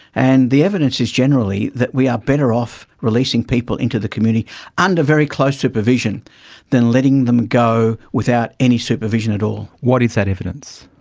and the evidence is generally that we are better off releasing people into the community under very close supervision than letting them go without any supervision at all. what is that evidence?